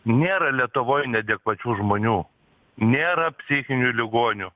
nėra lietuvoj neadekvačių žmonių nėra psichinių ligonių